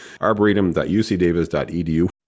Arboretum.ucdavis.edu